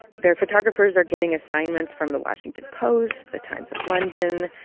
their photographers are getting assignments from the washington post, the times of london,